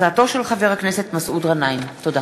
תודה.